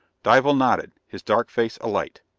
dival nodded, his dark face alight.